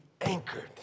anchored